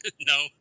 No